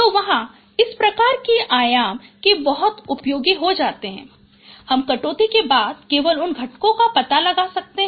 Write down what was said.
तो वहाँ इस प्रकार की आयाम की कमी बहुत उपयोगी हो जाती है हम कटौती के बाद केवल उन घटकों का पता लगा सकते हैं